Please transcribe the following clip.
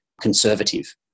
conservative